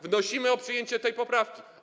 Wnosimy o przyjęcie tej poprawki.